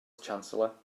chancellor